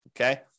Okay